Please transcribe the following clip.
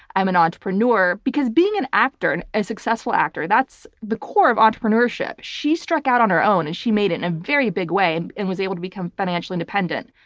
i'm an entrepreneur. because being an actor, a successful actor, that's the core of entrepreneurship. she struck out on her own and she made it in a very big way and was able to become financially independent.